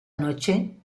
noche